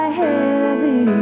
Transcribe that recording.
heavy